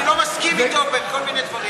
אני לא מסכים איתו בכל מיני דברים,